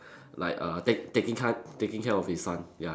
like err take taking care taking care of his son ya